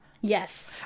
Yes